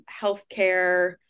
healthcare